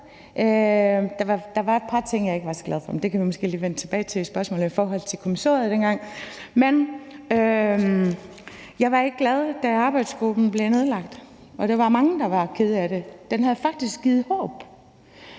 Der var et par ting, jeg ikke var så glad for, men det kan vi måske lige vende tilbage til, altså spørgsmålet i forhold til kommissoriet dengang. Jeg var ikke glad, da arbejdsgruppen blev nedlagt, og der var mange, der var kede af det, for den havde faktisk givet håb,